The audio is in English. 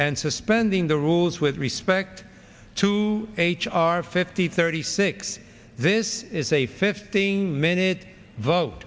and suspending the rules with respect to h r fifty thirty six this is a fifteen minute vote